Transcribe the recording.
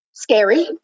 Scary